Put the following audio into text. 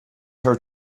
her